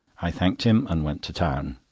i thanked him, and went to town.